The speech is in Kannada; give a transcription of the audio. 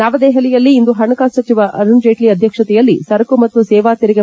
ನವದೆಹಲಿಯಲ್ಲಿ ಇಂದು ಹಣಕಾಸು ಸಚಿವ ಅರುಣ್ ಜೇಟ್ಲ ಅಧ್ಯಕ್ಷತೆಯಲ್ಲಿ ಸರಕು ಮತ್ತು ಸೇವಾ ತೆರಿಗೆ